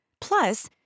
Plus